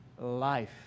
life